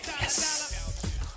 Yes